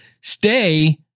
stay